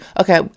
Okay